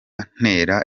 ntera